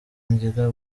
ngira